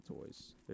toys